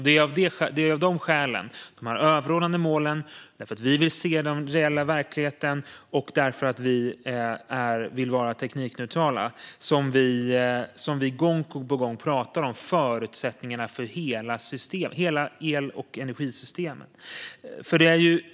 Det är av dessa skäl - de överordnade målen och därför att vi vill se den reella verkligheten och vara teknikneutrala - som vi gång på gång pratar om förutsättningarna för hela el och energisystemet.